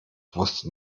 wusste